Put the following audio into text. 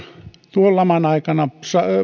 tuon laman aikana